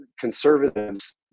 conservatives